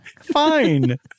fine